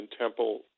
temple